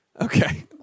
Okay